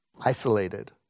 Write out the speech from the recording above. isolated